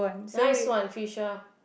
nice one Phisha